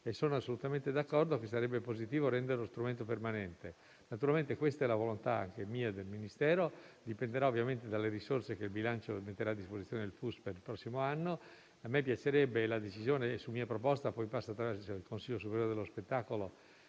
Sono assolutamente d'accordo che sarebbe positivo rendere lo strumento permanente, e questa è la volontà mia e del Ministero. Ciò dipenderà ovviamente dalle risorse che il bilancio metterà a disposizione del FUS per il prossimo anno. Mi piacerebbe - anche se la decisione, su mia proposta, passerà poi al Consiglio superiore dello spettacolo